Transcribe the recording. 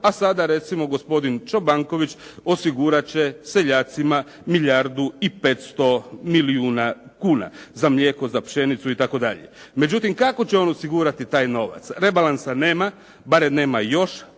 a sada recimo gospodin Čobanković osigurati će seljacima milijardu i 500 milijuna kuna za mlijeko, za pšenicu itd. Međutim, kako će on osigurati taj novac? Rebalansa nema, barem nema još.